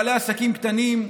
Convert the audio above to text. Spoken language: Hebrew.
בעלי עסקים קטנים,